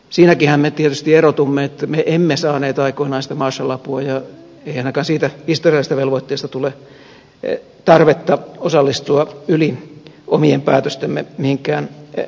siinäkinhän me tietysti erotumme että me emme saaneet aikoinaan sitä marshall apua ja ei ainakaan siitä historiallisesta velvoitteesta tule tarvetta osallistua yli omien päätöstemme mihinkään yhteisvastuun kantamiseen